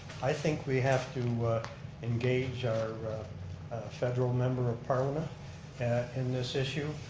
i think we have to engage our federal member of parliament in this issue,